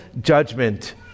judgment